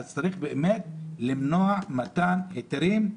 אז צריך באמת למנוע מתן היתרים,